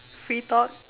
free thought